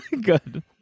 Good